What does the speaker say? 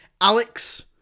Alex